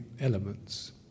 elements